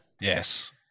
Yes